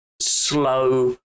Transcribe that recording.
slow